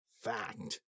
fact